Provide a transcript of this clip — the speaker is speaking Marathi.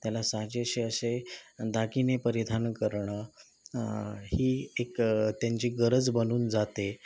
त्याला साजेसे असे दागिने परिधान करणं ही एक त्यांची गरज बनून जाते